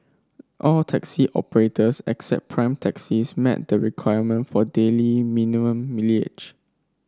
all taxi operators except Prime Taxis met the requirement for daily minimum mileage